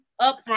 upfront